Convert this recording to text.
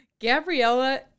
Gabriella